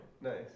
nice